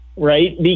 Right